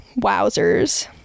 Wowzers